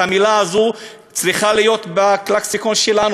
המילה הזאת צריכה להיות בלקסיקון שלנו,